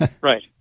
Right